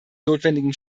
notwendigen